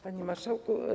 Panie Marszałku!